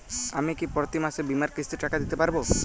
আমি কি প্রতি মাসে বীমার কিস্তির টাকা দিতে পারবো?